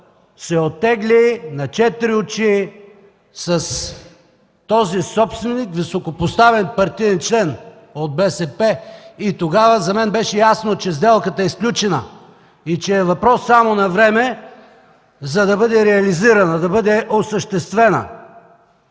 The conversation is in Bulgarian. се оттегля на четири очи с този собственик, високопоставен партиен член от БСП, тогава за мен беше ясно, че сделката е сключена и че е въпрос само на време, за да бъде реализирана, да бъде осъществена.